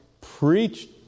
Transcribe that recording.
preached